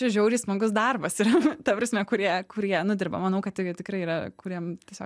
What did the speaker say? čia žiauriai smagus darbas yra ta prasme kurie kurie nu dirba manau kad tai tikrai yra kuriem tiesiog